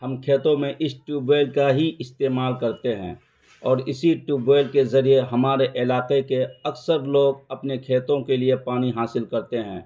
ہم کھیتوں میں اس ٹیوب ویل کا ہی استعمال کرتے ہیں اور اسی ٹیوب ویل کے ذریعے ہمارے علاقے کے اکثر لوگ اپنے کھیتوں کے لیے پانی حاصل کرتے ہیں